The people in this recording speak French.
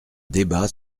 débat